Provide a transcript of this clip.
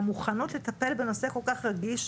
והמוכנות לטפל בנושא כל כך רגיש,